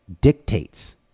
dictates